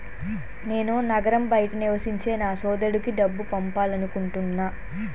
నేను నగరం బయట నివసించే నా సోదరుడికి డబ్బు పంపాలనుకుంటున్నా